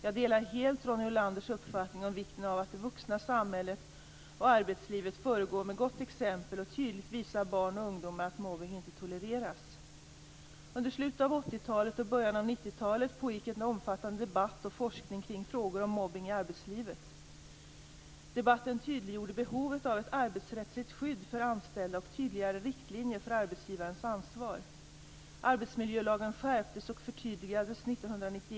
Jag delar helt Ronny Olanders uppfattning om vikten av att det vuxna samhället och arbetslivet föregår med gott exempel och tydligt visar barn och ungdomar att mobbning inte tolereras. Under slutet av 1980-talet och början av 1990 talet pågick en omfattande debatt och forskning kring frågor om mobbning i arbetslivet. Debatten tydliggjorde behovet av ett arbetsrättsligt skydd för anställda och tydligare riktlinjer för arbetsgivarens ansvar.